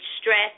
stress